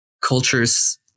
cultures